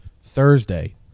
Thursday